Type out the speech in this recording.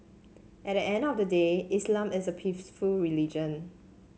at the end of the day Islam is a peaceful religion